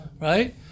right